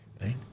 Right